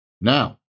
Now